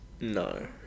no